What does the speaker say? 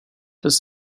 does